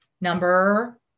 Number